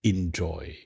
Enjoy